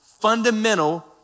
fundamental